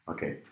Okay